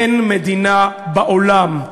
אין מדינה בעולם,